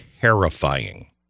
terrifying